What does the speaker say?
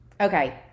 okay